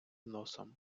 носом